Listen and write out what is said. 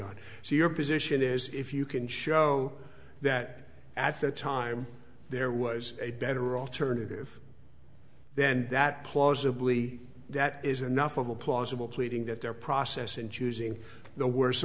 on so your position is if you can show that at that time there was a better alternative then that plausibly that is enough of a plausible pleading that their process in choosing the wors